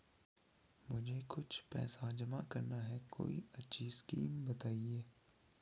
मुझे कुछ पैसा जमा करना है कोई अच्छी स्कीम बताइये?